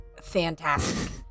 fantastic